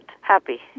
happy